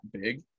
big